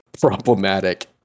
problematic